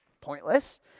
Pointless